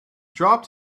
dropped